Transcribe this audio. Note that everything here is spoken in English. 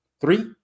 three